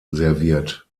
serviert